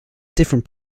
different